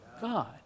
God